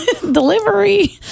delivery